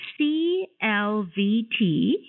CLVT